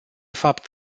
fapt